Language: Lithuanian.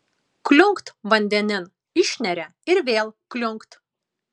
kliunkt vandenin išneria ir vėl kliunkt